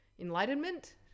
enlightenment